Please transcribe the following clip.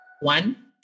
One